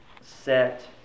set